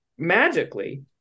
magically